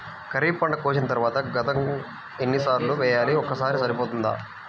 ఖరీఫ్ పంట కోసిన తరువాత గుంతక ఎన్ని సార్లు వేయాలి? ఒక్కసారి సరిపోతుందా?